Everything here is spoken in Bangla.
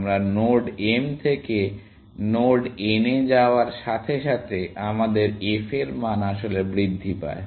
আমরা নোড m থেকে নোড n এ যাওয়ার সাথে সাথে আমাদের f এর মান আসলে বৃদ্ধি পায়